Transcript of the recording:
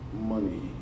money